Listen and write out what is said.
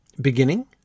Beginning